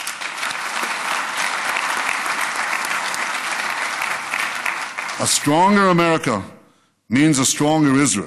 (מחיאות כפיים) A stronger America means a stronger Israel,